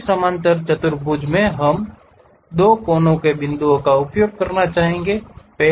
उसी समांतर चतुर्भुज में हम 2 कोने बिंदुओं का उपयोग करना चाहेंगे